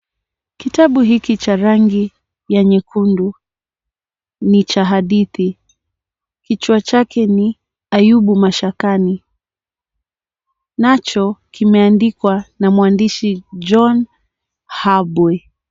Kitabu hiki cha rangi ya nyekundu ni cha hadithi, kichwa chake ni Ayubu mashakani. Nacho kimeandikwa na mwandishi John Habwe.